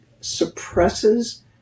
suppresses